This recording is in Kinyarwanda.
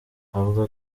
avuga